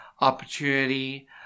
opportunity